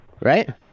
right